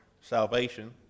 salvation